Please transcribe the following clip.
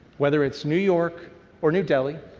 whether it's new york or new delhi,